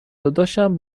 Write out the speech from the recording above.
داداشم